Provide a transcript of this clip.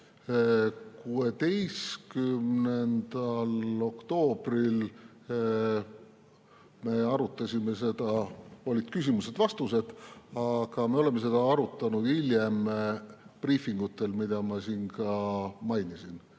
16. oktoobril me arutasime seda. Olid küsimused-vastused. Aga me oleme seda arutanud hiljem briifingutel, mida ma siin ka mainisin,